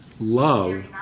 love